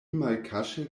malkaŝe